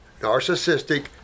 narcissistic